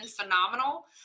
phenomenal